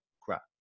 crap